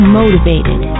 motivated